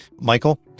Michael